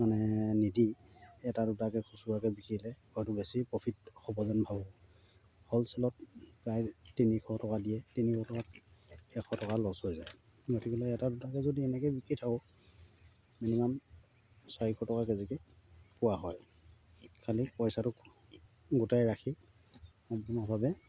মানে নিদি এটা দুটাকৈ খুচুৰাকৈ বিকিলে হয়তো বেছি প্ৰফিট হ'ব যেন ভাবোঁ হ'লচেলত প্ৰায় তিনিশ টকা দিয়ে তিনিশ টকাত এশ টকা লছ হৈ যায় গতিকেলৈ এটা দুটাকৈ যদি এনেকৈ বিক্ৰী থাকোঁ মিনিমাম চাৰিশ টকা কেজিকৈ পোৱা হয় খালী পইচাটো গোটাই ৰাখি সম্পূৰ্ণভাৱে